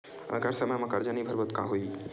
अगर समय मा कर्जा नहीं भरबों का होई?